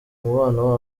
mubano